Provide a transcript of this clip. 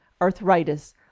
arthritis